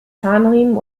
zahnriemen